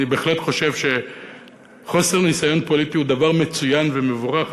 אני בהחלט חושב שחוסר ניסיון פוליטי הוא דבר מצוין ומבורך.